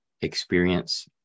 experience